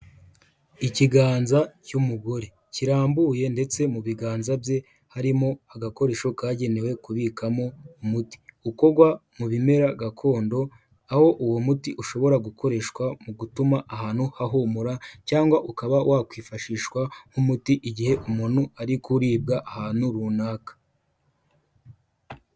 Ikiganza cy'umugore kirambuye ndetse mu biganza bye harimo agakoresho kagenewe kubikamo umuti, ukorwa mu bimera gakondo aho uwo muti ushobora gukoreshwa mu gutuma ahantu hahumura, cyangwa ukaba wakwifashishwa nk'umuti igihe umuntu ari kuribwa ahantu runaka.